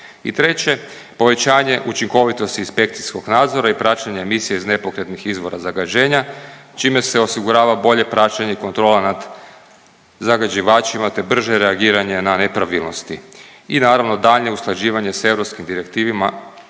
I treće povećanje učinkovitosti inspekcijskog nadzora i praćenje emisija iz nepokretnih izvora zagađenja čime se osigurava bolje praćenje i kontrola nad zagađivačima te brže reagiranje na nepravilnosti. I naravno daljnje usklađivanje s europskim direktivima